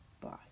boss